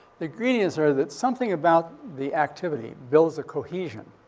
the ingredients are that something about the activity builds the cohesion.